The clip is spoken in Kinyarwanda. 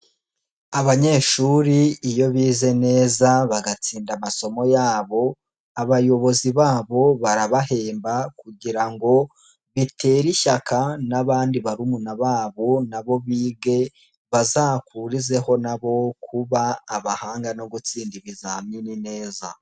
Abanyeshuri iyo bize neza bagatsinda amasomo yabo, abayobozi babo barabahemba kugira ngo bitere ishyaka nabandi barumuna babo n'abo bige bazakurizeho nabo kuba abahanga, no gutsinda ibizamini neza.